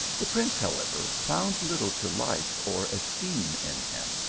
the prince, however, found little to like or esteem in him.